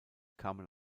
kamen